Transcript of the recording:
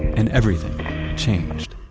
and everything changed